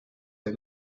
der